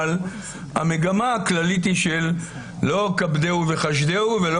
אבל המגמה הכללית היא של לא כבדהו וחשדהו ולא